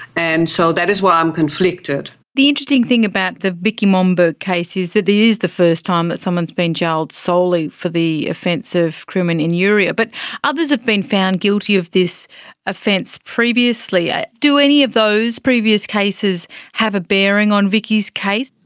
and so that is why i'm conflicted. the interesting thing about the vicky momberg case is that it is the first time that someone has been jailed solely for the offence of crimen injuria, but others have been found guilty of this offence previously. ah do any of those previous cases have a bearing on vicky's case?